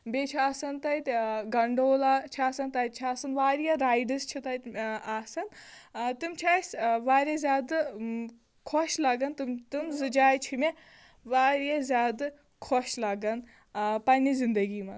بیٚیہِ چھِ آسان تَتہِ گَنٛڈولا چھِ آسان تَتہِ چھِ آسان واریاہ رایِڈٕس چھِ تَتہِ آسان آ تِم چھِ اَسہِ واریاہ زیادٕ خۄش لگان تِم تِم زٕ جایہِ چھِ مےٚ واریاہ زیادٕ خۄش لَگان آ پَنٕنہِ زنٛدگی منٛز